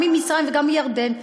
גם ממצרים וגם מירדן,